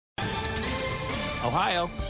Ohio